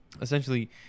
essentially